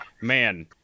man